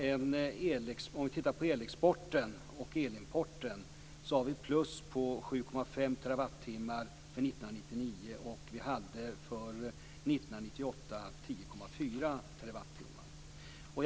Om man tittar på elexporten och elimporten ser man att vi har ett plus på 7,5 terawattimmar för 1999, och vi hade 10,4 terawattimmar för 1998.